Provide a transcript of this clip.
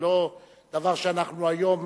זה לא דבר שאנחנו היום